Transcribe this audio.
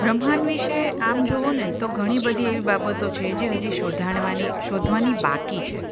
બ્રહ્માંડ વિશે આમ જુઓ ને તો ઘણી બધી એવી બાબતો છે જે હજી શોધાવવાની શોધવાની બાકી છે